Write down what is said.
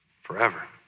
forever